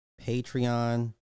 Patreon